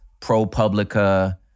ProPublica